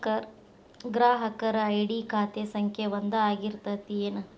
ಗ್ರಾಹಕರ ಐ.ಡಿ ಖಾತೆ ಸಂಖ್ಯೆ ಒಂದ ಆಗಿರ್ತತಿ ಏನ